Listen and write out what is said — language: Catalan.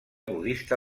budista